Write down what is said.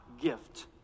gift